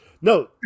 No